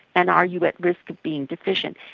and are you at risk of being deficient?